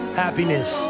happiness